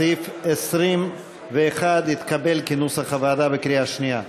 סעיף 21 התקבל, כנוסח הוועדה, בקריאה שנייה.